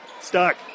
Stuck